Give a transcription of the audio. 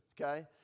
Okay